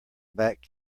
back